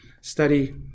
study